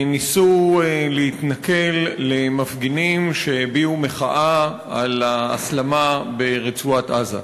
ניסו להתנכל למפגינים שהביעו מחאה על ההסלמה ברצועת-עזה.